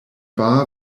barr